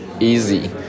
easy